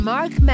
Mark